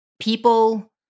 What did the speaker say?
people